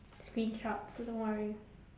screenshot so don't worry